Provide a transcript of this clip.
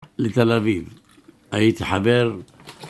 לתל אביב, הייתי חבר